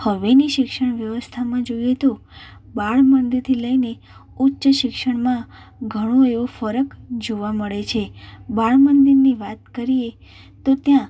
હવેની શિક્ષણ વ્યવસ્થામાં જોઈએ તો બાળ મંદિરથી લઈને ઉચ્ચ શિક્ષણમાં ઘણું એવો ફરક જોવા મળે છે બાળ મંદિરની વાત કરીએ તો ત્યાં